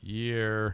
year